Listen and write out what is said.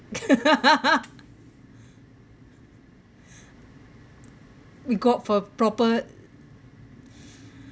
we got for proper